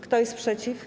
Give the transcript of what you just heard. Kto jest przeciw?